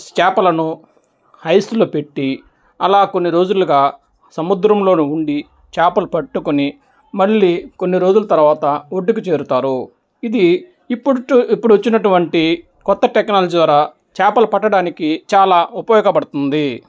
చేపలను ఐస్లో పెట్టి అలా కొన్ని రోజులుగా సముద్రంలోను ఉండి చేపలు పట్టుకుని మళ్ళీ కొన్ని రోజుల తర్వాత ఒడ్డుకి చేరుతారు ఇది ఇప్పుడుటు ఇప్పుడు వచ్చినటువంటి కొత్త టెక్నాలజీ ద్వారా చేపలు పట్టడానికి చాలా ఉపయోగపడుతుంది